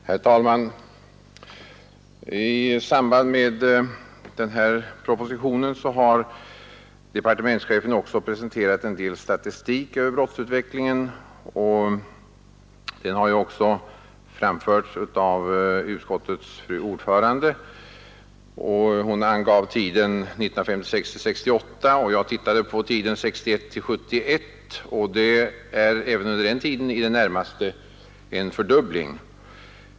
Nr 42 Herr talman! I samband med denna proposition har departements Torsdagen den chefen presenterat en del statistik över brottsutvecklingen. Den har också 16 mars 1972 omnämnts av utskottets fru ordförande, som berör tiden 1956-1968. ——>———— Jag har tittat på perioden 1961—1971, och det är även under den tiden i Lokala polisorganidet närmaste en fördubbling.